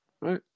right